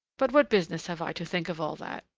but what business have i to think of all that?